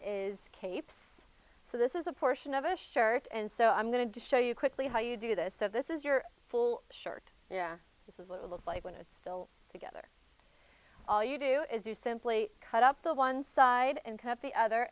is capes so this is a portion of a shirt and so i'm going to show you quickly how you do this so this is your full shirt yeah it's a little like when it's still together all you do is you simply cut up the one side and cut the other